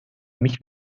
mich